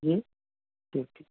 جی ٹھیک ٹھیک